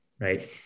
right